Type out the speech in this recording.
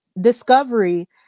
discovery